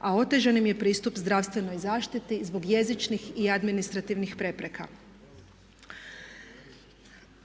a otežan im je pristup zdravstvenoj zaštiti zbog jezičnih i administrativnih prepreka.